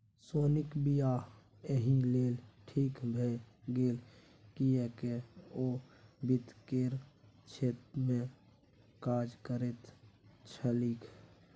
सोनीक वियाह एहि लेल ठीक भए गेल किएक ओ वित्त केर क्षेत्रमे काज करैत छलीह